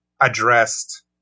addressed